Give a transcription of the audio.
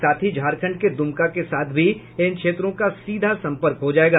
साथ ही झारखंड के दुमका के साथ भी इन क्षेत्रों का सीधा संपर्क हो जायेगा